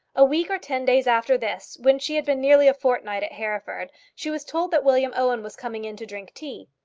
a week or ten days after this, when she had been nearly a fortnight at hereford, she was told that william owen was coming in to drink tea.